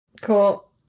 Cool